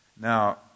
Now